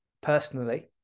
personally